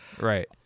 Right